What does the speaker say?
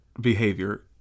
behavior